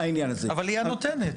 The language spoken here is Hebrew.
אבל היא הנותנת.